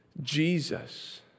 Jesus